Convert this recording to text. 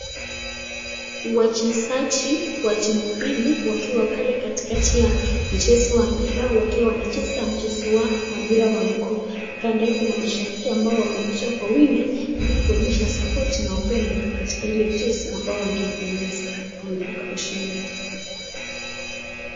Wachezaji wa timu mbili wakiwa pals katikati wa mchezo ya mpira wakiwa wamcheza mchezo wa mpira wa mguu, kando yake kuna mashabiki ambo wamekuja kwa wingi sapotina upendo katika mchezo ule ambao wangependeza kuebuka ushindi.